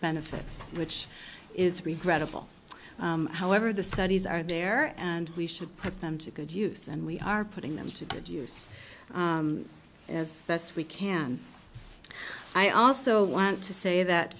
benefits which is regrettable however the studies are there and we should put them to good use and we are putting them to deduce as best we can i also want to say that